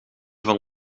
van